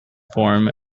form